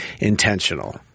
intentional